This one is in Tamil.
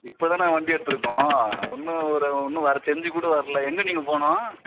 இப்போ தான் வண்டியை எடுத்துருக்கோம் இன்னும் ஒரு இன்னும் வர செஞ்சி கூட வரல எங்கே நீங்கள் போகணும்